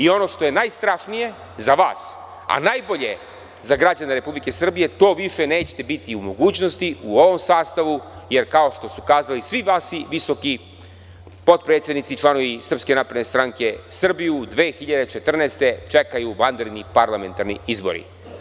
Ono što je najstrašnije za vas, a najbolje za građane RS je da više nećete biti u mogućnosti u ovom sastavu, jer kao što su kazali svi vaši visoki potpredsednici, članovi SNS Srbiju 2014. godine čekaju vanredni parlamentarni izbori.